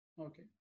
Okay